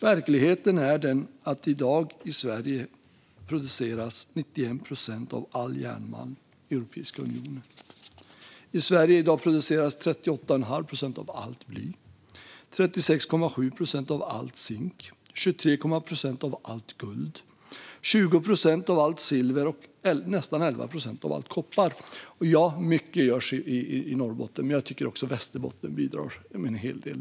Verkligheten är att i Sverige i dag produceras 91 procent av all järnmalm i Europeiska unionen. I Sverige i dag produceras 38 1⁄2 procent av allt bly, 36,7 procent av all zink, 23 procent av allt guld, 20 procent av allt silver och nästan 11 procent av all koppar. Ja, mycket görs i Norrbotten, men jag tycker också att Västerbotten bidrar med en hel del.